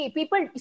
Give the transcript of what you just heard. People